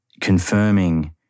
Confirming